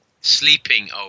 Sleeping